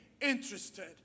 interested